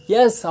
Yes